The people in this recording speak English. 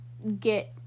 get